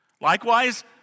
Likewise